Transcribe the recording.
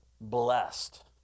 blessed